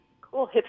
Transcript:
Cool